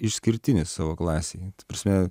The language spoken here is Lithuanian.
išskirtinis savo klasėj prasme